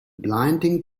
blinding